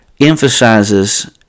emphasizes